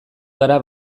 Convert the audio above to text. gara